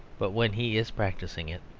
but when he is practising it.